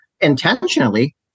intentionally